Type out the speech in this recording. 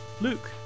Luke